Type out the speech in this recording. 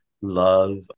love